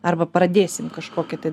arba pradėsim kažkokį tai